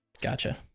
Gotcha